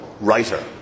writer